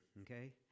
okay